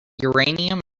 uranium